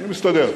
אני מסתדר.